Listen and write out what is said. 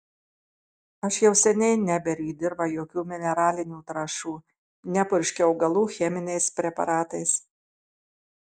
aš jau seniai neberiu į dirvą jokių mineralinių trąšų nepurškiu augalų cheminiais preparatais